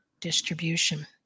distribution